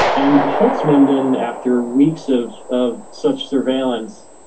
and holzminden after weeks of of such surveillance,